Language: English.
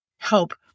Help